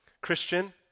Christian